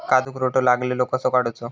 काजूक रोटो लागलेलो कसो काडूचो?